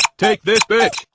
take this, bitch!